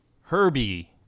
Herbie